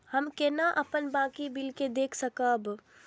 हम केना अपन बाकी बिल के देख सकब?